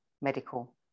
medical